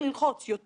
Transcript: מצד אחד,